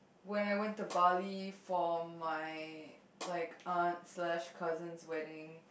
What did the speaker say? when I went to Bali for my like aunt slash cousin's wedding